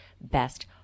best